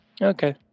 Okay